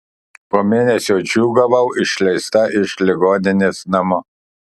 po mėnesio džiūgavau išleista iš ligoninės namo